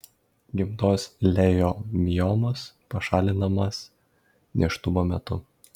gimdos lejomiomos pašalinamas nėštumo metu